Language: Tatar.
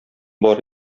бар